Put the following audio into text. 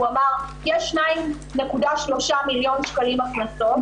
הוא אמר יש 2.3 מיליון שקלים הכנסות,